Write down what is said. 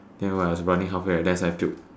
then when I was running halfway right then I suddenly puke